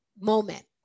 moment